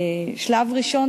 שלב ראשון,